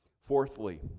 Fourthly